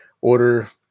Order